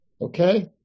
okay